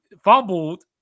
Fumbled